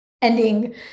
ending